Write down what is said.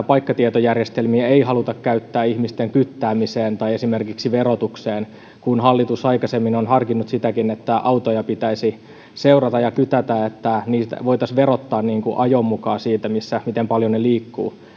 paikkatietojärjestelmiä haluta käyttää ihmisten kyttäämiseen tai esimerkiksi verotukseen kun hallitus aikaisemmin on harkinnut sitäkin että autoja pitäisi seurata ja kytätä jotta niitä voitaisiin verottaa ajon mukaan siitä miten paljon ne liikkuvat